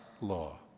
law